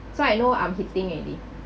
so I know I'm hitting already